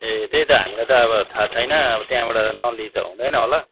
ए त्यही त हामीलाई त अब थाहा छैन अब त्यहाँबाट नलिई त हुँदैन होला